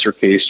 case